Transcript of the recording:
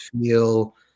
feel